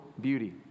beauty